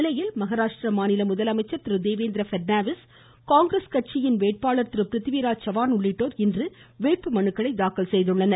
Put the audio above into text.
இந்நிலையில் மகாராஷ்ட்ரா மாநில முதலமைச்சர் திரு தேவேந்திர பட்நாவிஸ் காங்கிரஸ் கட்சியின் வேட்பாளர் திரு பிரிதிவிராஜ் சவான் உள்ளிட்டோர் இன்று வேட்புமனு தாக்கல் செய்தனர்